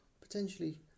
potentially